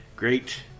Great